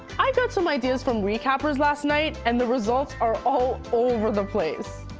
i've got some ideas from recappers last night and the results are all over the place.